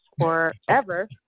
forever